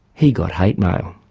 he got hate mail.